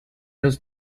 los